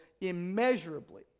immeasurably